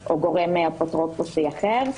או גורם אפוטרופוסי אחר.